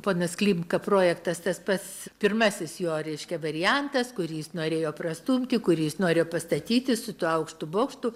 ponas klimka projektas tas pats pirmasis jo reiškia variantas kurį jis norėjo prastumti kurį jis norėjo pastatyti su tuo aukštu bokštu